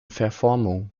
verformung